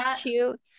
cute